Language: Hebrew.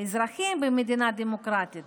האזרחים במדינה דמוקרטית